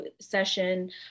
session